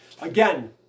Again